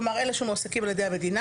אלה שמועסקים על ידי המדינה,